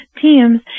teams